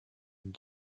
and